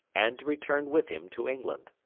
and to return with him to england.